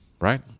right